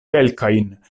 kelkajn